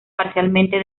parcialmente